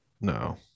No